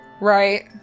Right